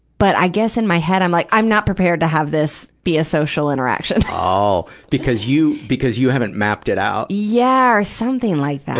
but i guess in my head, i'm like, i'm not prepared to have this be a social interaction. oh! because you, because you haven't mapped it out? yeah, or something like that.